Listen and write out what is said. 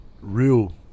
Real